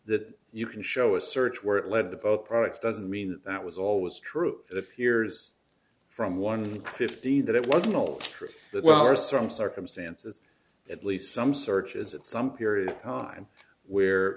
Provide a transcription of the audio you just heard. that you can show a search where it led to both products doesn't mean that that was always true it appears from one of the fifty that it wasn't true that well or some circumstances at least some searches at some period of time where